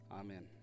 Amen